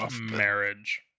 marriage